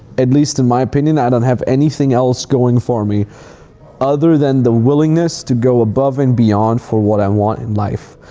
at least just in my opinion, i don't have anything else going for me other than the willingness to go above and beyond for what i want in life.